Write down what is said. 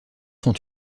sont